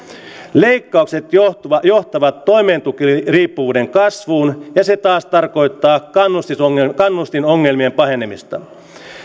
leikkaukset johtavat toimeentulotukiriippuvuuden kasvuun ja se taas tarkoittaa kannustinongelmien kannustinongelmien pahenemista